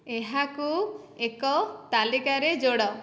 ଏହାକୁ ଏକ ତାଲିକାରେ ଯୋଡ଼